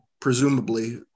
presumably